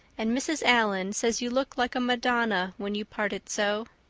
and mrs. allan says you look like a madonna when you part it so.